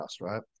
right